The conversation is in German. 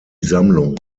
sammlung